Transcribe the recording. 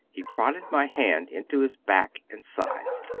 he prodded my hand into his back and sides.